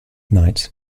night